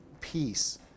peace